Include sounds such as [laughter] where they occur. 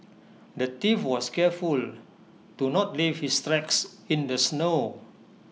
the thief was careful to not leave his [unintelligible] in the snow